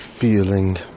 feeling